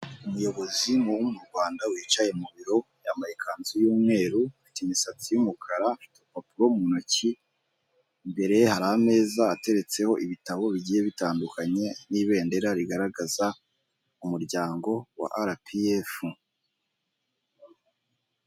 Umuyobozi wo mu Rwanda wicaye mu biro yambaye ikanzu y'umweru, afite imisatsi y'umukara, afite urupapuro mu ntoki, mbere hari ameza ateretseho ibitabo bigiye bitandukanye n'ibendera rigaragaza umuryango wa arapiyefu.